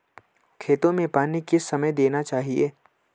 खेतों में पानी किस समय देना चाहिए?